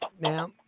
now